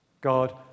God